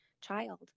child